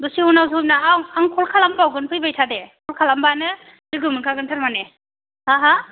दसे उनाव आं कल खालायबावगोन नों फैबायथा दे कल खालामब्लानो लोगो मोनखागोन थारमाने हा हा